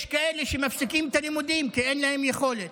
יש כאלה שמפסיקים את הלימודים כי אין להם יכולת.